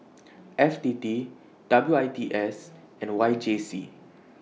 F T T W I T S and Y J C